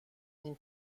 این